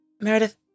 Meredith